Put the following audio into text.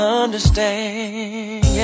understand